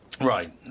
Right